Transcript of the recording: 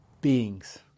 beings